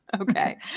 Okay